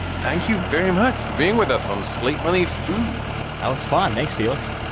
thank you very much for being with us on slate. money, food was fun. thanks, felix